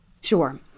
Sure